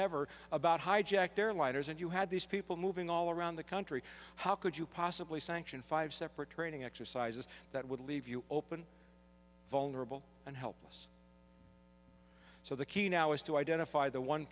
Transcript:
ever about hijacked airliners and you had these people moving all around the country how could you possibly sanction five separate training exercises that would leave you open vulnerable and helpless so the key now is to identify the one